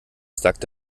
sagt